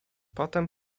potem